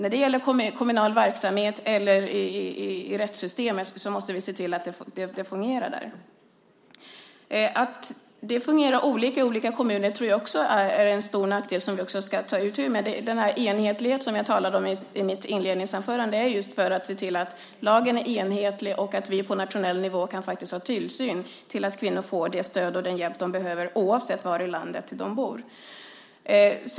Både inom den kommunala verksamheten och i rättssystemet måste vi se till att det fungerar. Att det fungerar olika i olika kommuner är en stor nackdel som vi också ska ta itu med. Den enhetlighet som jag talade om i mitt första svar handlar just om att lagen är enhetlig och att vi på nationell nivå kan ha en tillsyn så att kvinnor får det stöd och den hjälp som de behöver oavsett var i landet de bor.